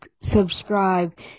subscribe